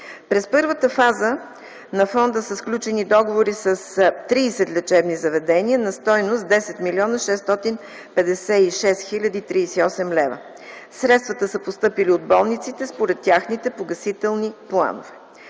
През първата фаза на фонда са сключени договори с 30 лечебни заведения на стойност 10 млн. 656 хил. 38 лв. Средствата са постъпили от болниците според техните погасителни планове.